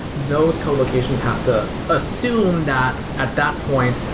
those colocations have to assume that at that point,